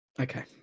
Okay